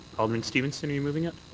alderman stevenson are you moving it?